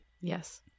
yes